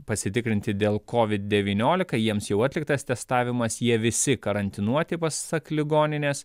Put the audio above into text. pasitikrinti dėl covid devyniolika jiems jau atliktas testavimas jie visi karantinuoti pasak ligoninės